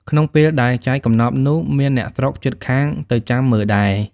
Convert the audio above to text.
ក្នុងពេលដែលចែកកំណប់នោះ៖ មានអ្នកស្រុកជិតខាងទៅចាំមើលដែរ ។